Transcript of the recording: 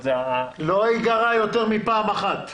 לא ייגרע יותר מפעם אחת.